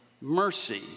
mercy